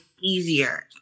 easier